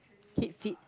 keep fit